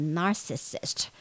narcissist